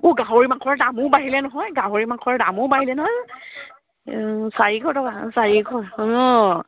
অ' গাহৰি মাংসৰ দামো বাঢ়িলে নহয় গাহৰি মাংসৰ দামো বাঢ়িলে নহয় চাৰিশ টকা চাৰিশ অঁ